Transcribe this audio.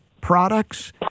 products